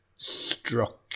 struck